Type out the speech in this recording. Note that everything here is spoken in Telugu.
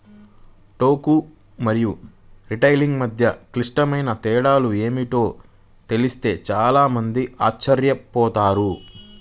టోకు మరియు రిటైలింగ్ మధ్య క్లిష్టమైన తేడాలు ఏమిటో తెలిస్తే చాలా మంది ఆశ్చర్యపోతారు